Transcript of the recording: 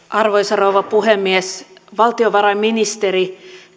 arvoisa rouva puhemies valtiovarainministeri